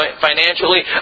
financially